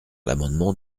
l’amendement